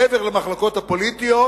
מעבר למחלוקות הפוליטיות,